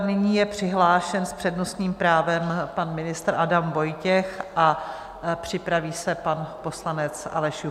Nyní je přihlášen s přednostním právem pan ministr Adam Vojtěch a připraví se pan poslanec Aleš Juchelka.